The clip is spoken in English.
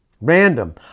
Random